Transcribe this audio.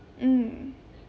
mm